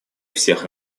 всех